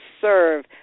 serve